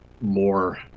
more